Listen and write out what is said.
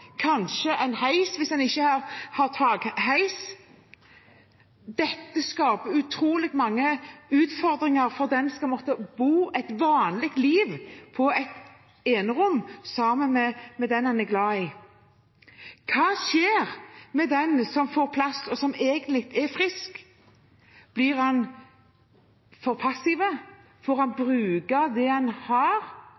kanskje en heis hvis en ikke har takheis. Dette skaper utrolig mange utfordringer for den som skal måtte leve et vanlig liv på et enerom sammen med den en er glad i. Hva skjer med den som får plass og egentlig er frisk? Blir en for